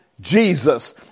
Jesus